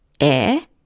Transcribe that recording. air